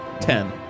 Ten